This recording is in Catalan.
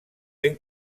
ben